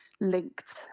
linked